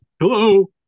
Hello